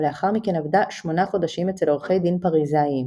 ולאחר מכן עבדה שמונה חודשים אצל עורכי דין פריזאיים,